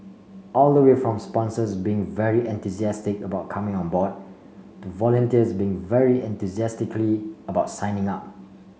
all the way from sponsors being very enthusiastic about coming on board to volunteers being very enthusiastically about signing up